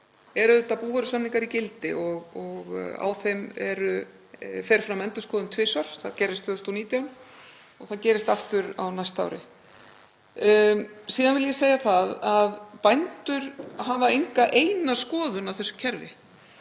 eru búvörusamningar auðvitað í gildi og á þeim fer tvisvar fram endurskoðun. Það gerðist 2019 og það gerist aftur á næsta ári. Síðan vil ég segja það að bændur hafa enga eina skoðun á þessu kerfi.